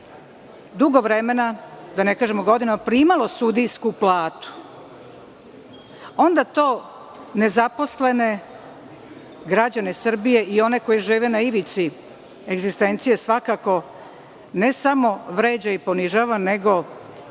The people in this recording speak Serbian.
dugo vremena, da ne kažemo godinama, primalo sudijsku platu, onda to nezaposlene građane Srbije i one koji žive na ivici egzistencije svakako ne samo vređa i ponižava, nego